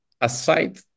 Aside